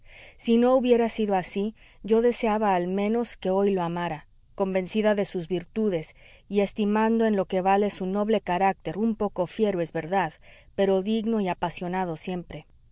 si no hubiera sido así yo deseaba al menos que hoy lo amara convencida de sus virtudes y estimando en lo que vale su noble carácter un poco fiero es verdad pero digno y apasionado siempre